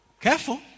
Careful